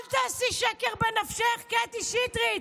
אל תעשי שקר בנפשך, קטי שטרית.